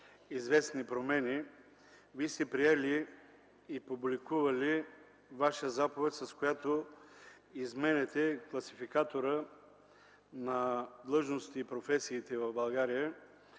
известни промени. Вие сте приели и публикували Ваша заповед, с която изменяте Класификатора на длъжностите и професиите в България.